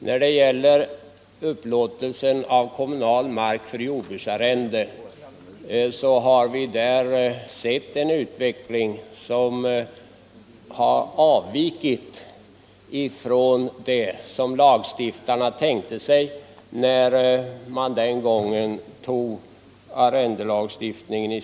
Då det gäller upplåtelse av kommunal mark för jordbruksarrende har vi sett en utveckling som avvikit från den som lagstiftarna tänkte sig när man senast ändrade arrendelagstiftningen.